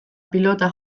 pilota